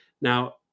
Now